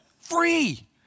Free